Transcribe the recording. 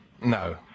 No